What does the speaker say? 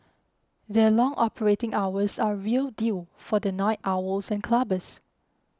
their long operating hours are a real deal for the night owls and clubbers